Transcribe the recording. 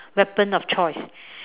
weapon of choice